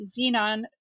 Xenon